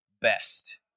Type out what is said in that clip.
Best